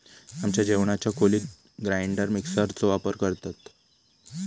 आमच्या जेवणाच्या खोलीत ग्राइंडर मिक्सर चो वापर करतत